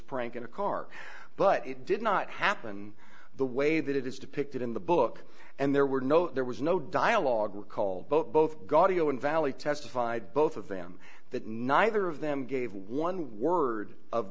prank in a car but it did not happen the way that it is depicted in the book and there were no there was no dialogue recall but both gaudio and valley testified both of them that neither of them gave one word of